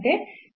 ಮತ್ತೆ ಈ